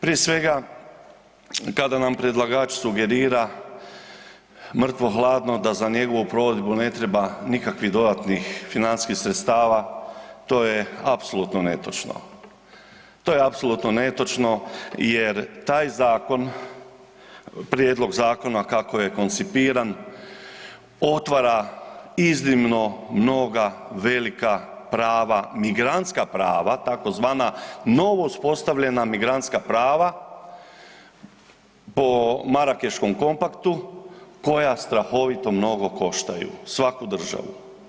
Prije svega kada nam predlagač sugerira mrtvo hladno da za njegovu provedbu ne treba nikakvih dodatnih financijskih sredstava, to je apsolutno netočno, to je apsolutno netočno jer taj zakon, prijedlog zakona kako je koncipiran otvara iznimno mnoga velika prava, migrantska prava tzv. novo uspostavljena migrantska prava po Marakeškom kompaktu koja strahovito mnogo koštaju svaku državu.